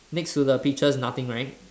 next to the peaches nothing right